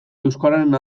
euskararen